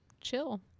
chill